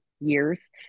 years